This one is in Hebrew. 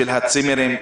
של הצימרים.